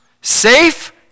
safe